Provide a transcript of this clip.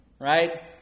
right